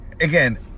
again